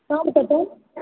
साँझके टाइम